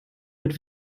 mit